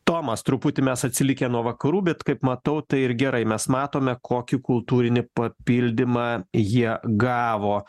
tomas truputį mes atsilikę nuo vakarų bet kaip matau tai ir gerai mes matome kokį kultūrinį papildymą jie gavo